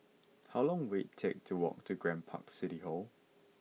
how long will it take to walk to Grand Park City Hall